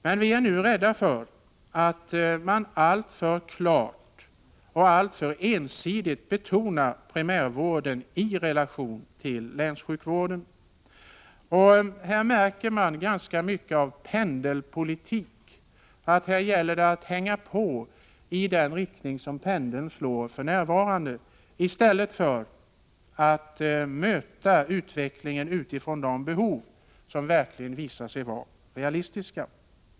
Men vi är nu rädda för att man alltför klart och ensidigt betonar primärvården i relation till länssjukvården. Här märker man ganska mycket av en pendelpolitik: det gäller att hänga på i den riktning som pendeln går för närvarande, i stället för att möta utvecklingen utifrån de behov som verkligen visar sig vara realistiska.